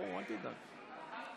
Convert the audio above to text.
סעיפים 2